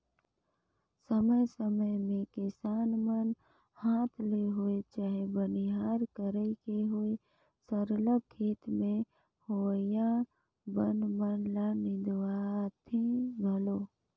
समे समे में किसान मन हांथ ले होए चहे बनिहार कइर के होए सरलग खेत में होवइया बन मन ल निंदवाथें घलो